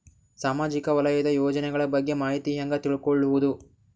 ಸಾಮಾಜಿಕ ವಲಯದ ಯೋಜನೆಗಳ ಬಗ್ಗೆ ಮಾಹಿತಿ ಹ್ಯಾಂಗ ತಿಳ್ಕೊಳ್ಳುದು?